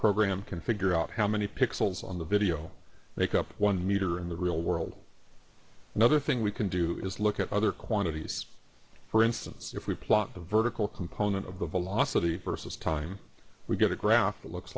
program can figure out how many pixels on the video make up one meter in the real world another thing we can do is look at other quantities for instance if we plot the vertical component of the velocity vs time we get a graph that looks